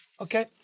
Okay